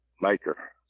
maker